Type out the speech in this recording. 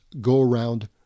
go-around